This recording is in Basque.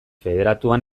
federatuan